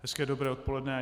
Hezké dobré odpoledne.